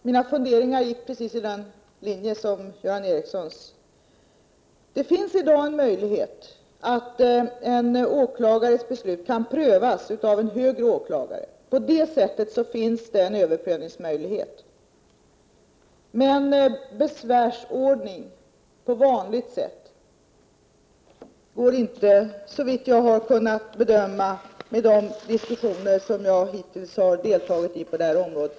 Mina funderingar gick precis i linje med Göran Ericssons. Det finns i dag en möjlighet att en åklagares beslut kan prövas av en högre åklagare. På det sättet finns det en överprövningsmöjlighet. Men en besvärsordning på vanligt sätt går inte att införa, såvitt jag har kunnat bedöma utifrån de diskussioner som jag hittills deltagit i på det här området.